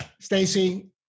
Stacey